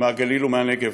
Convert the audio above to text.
מהגליל ומהנגב.